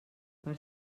per